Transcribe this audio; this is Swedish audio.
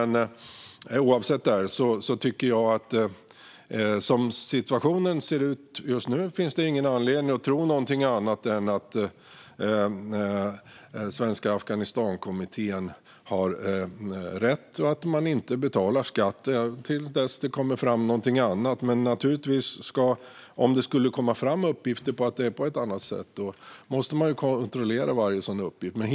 I vilket fall som helst finns det som situationen ser ut just nu ingen anledning att tro något annat än att Svenska Afghanistankommittén har rätt och att man inte betalar skatt, så länge som det inte framkommer något annat. Men om det skulle komma fram uppgifter om att det är på annat sätt måste man naturligtvis kontrollera de uppgifterna.